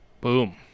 Boom